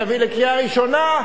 נביא לקריאה ראשונה.